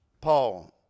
Paul